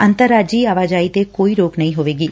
ਅੰਤਰ ਰਾਜੀ ਆਵਾਜਾਈ ਤੇ ਕੋਈ ਰੋਕ ਨਹੀਂ ਹੋਏਗੀ